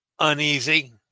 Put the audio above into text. uneasy